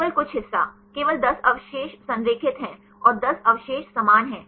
केवल कुछ हिस्सा केवल 10 अवशेष संरेखित हैं और 10 अवशेष समान हैं